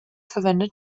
verwendet